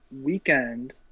weekend